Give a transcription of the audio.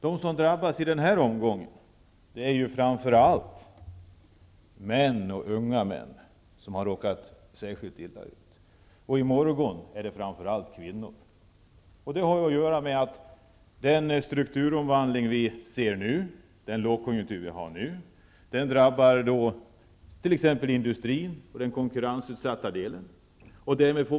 De som drabbas i den här omgången är framför allt män, och speciellt unga män har råkat särskilt illa ut, och i morgon blir det framför allt kvinnor. Det har att göra med att den strukturomvandling som sker i den lågkonjunktur vi nu har drabbar t.ex. Därmed får människor gå.